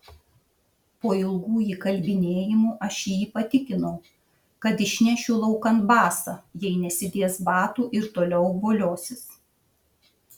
po ilgų įkalbinėjimų aš jį patikinau kad išnešiu laukan basą jei nesidės batų ir toliau voliosis